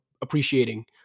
appreciating